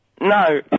No